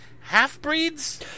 half-breeds